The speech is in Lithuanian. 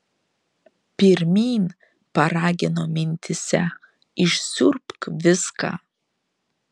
pirmyn paragino mintyse išsiurbk viską